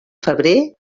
febrer